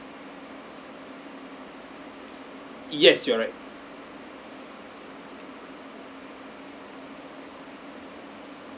yes you're right